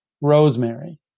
Rosemary